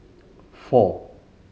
four